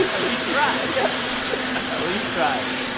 and elise tries yep elise tries.